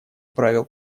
правил